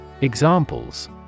Examples